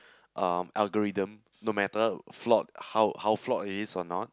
um algorithm no matter flawed how how flawed it is or not